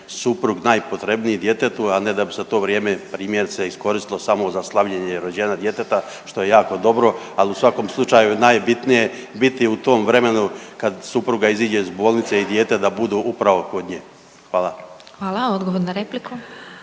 suprug najpotrebniji djetetu, a ne da bi za to vrijeme, primjerice, iskoristilo samo za slavljenje rođenja djeteta, što je jako dobro, ali u svakom slučaju najbitnije u tom vremenu kad supruga iziđe iz bolnice i dijete da budu upravo kod nje. **Glasovac, Sabina (SDP)**